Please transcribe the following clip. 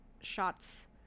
shots